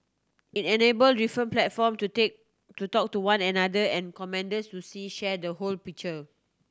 it enable different platform to take to talk to one another and commanders to see share the whole picture